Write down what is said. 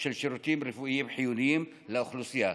של שירותים רפואיים חיוניים לאוכלוסייה.